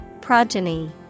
Progeny